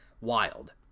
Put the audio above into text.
wild